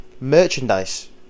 merchandise